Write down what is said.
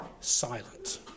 silent